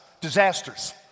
disasters